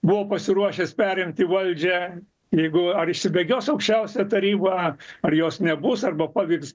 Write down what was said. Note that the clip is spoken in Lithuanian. buvo pasiruošęs perimti valdžią jeigu ar išsibėgios aukščiausia taryba ar jos nebus arba pavyks